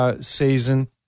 season